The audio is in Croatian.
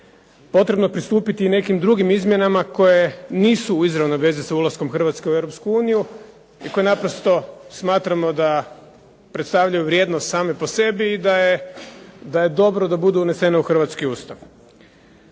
potrebno pristupiti i nekim drugim izmjenama koje nisu u izravnoj vezi sa ulaskom Hrvatske u Europsku uniju i koje naprosto smatramo da predstavljaju vrijednost same po sebi i da je dobro da budu unesene u hrvatski Ustav.